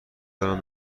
دارم